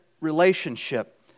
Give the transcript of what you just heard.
relationship